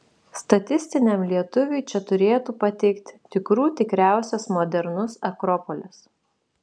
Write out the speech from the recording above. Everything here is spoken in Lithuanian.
statistiniam lietuviui čia turėtų patikti tikrų tikriausias modernus akropolis